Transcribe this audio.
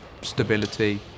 stability